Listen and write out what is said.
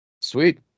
sweet